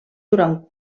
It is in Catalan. durant